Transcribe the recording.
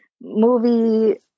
movie